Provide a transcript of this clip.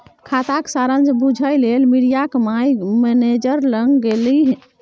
खाताक सारांश बुझय लेल मिरिया माय मैनेजर लग गेलीह